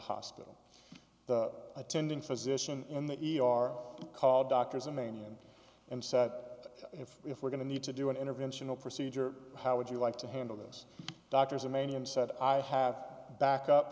hospital the attending physician in the e r called doctors in maine and said that if if we're going to need to do an intervention or procedure how would you like to handle those doctors are many and said i have backup